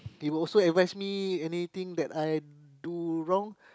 he also advise me anything that I do wrong